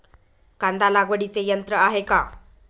कांदा लागवडीचे यंत्र आहे का?